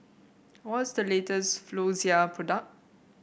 what's the latest Floxia product